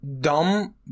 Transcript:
dumb